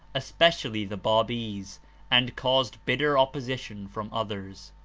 especially the babis, and caused bitter opposition from others.